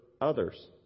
others